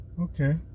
Okay